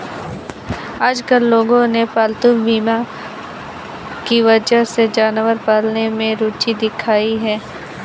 आजकल लोगों ने पालतू बीमा की वजह से जानवर पालने में रूचि दिखाई है